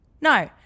No